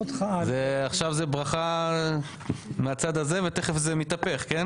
עכשיו זאת ברכה מהצד הזה ותכף זה מתהפך, כן?